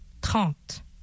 trente